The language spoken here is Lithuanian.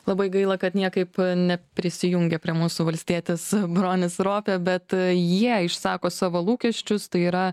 labai gaila kad niekaip neprisijungė prie mūsų valstietis bronis ropė bet jie išsako savo lūkesčius tai yra